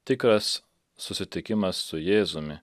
tikras susitikimas su jėzumi